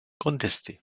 contestées